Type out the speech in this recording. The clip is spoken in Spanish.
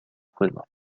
juego